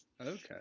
okay